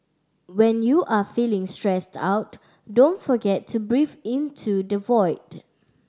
when you are feeling stressed out don't forget to breathe into the void